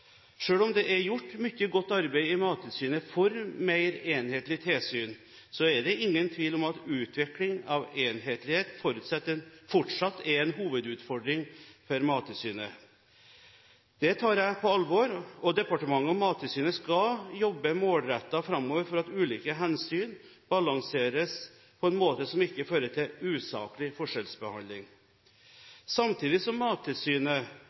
om det er gjort mye godt arbeid i Mattilsynet for mer enhetlig tilsyn, er det ingen tvil om at utvikling av enhetlighet fortsatt er en hovedutfordring for Mattilsynet. Det tar jeg på alvor, og departementet og Mattilsynet skal jobbe målrettet framover for at ulike hensyn balanseres på en måte som ikke fører til usaklig forskjellsbehandling. Samtidig som Mattilsynet